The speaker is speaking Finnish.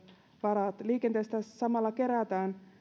varat liikenteestä samalla kerätään